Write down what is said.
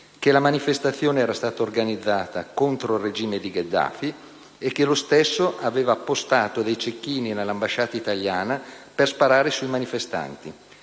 che la manifestazione era stata organizzata contro il regime di Gheddafi e che lo stesso aveva appostato dei cecchini nell'ambasciata italiana per sparare sui manifestanti.